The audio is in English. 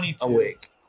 Awake